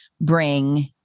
bring